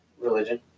religion